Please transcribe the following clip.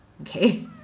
okay